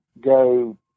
go